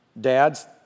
Dads